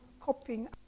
copying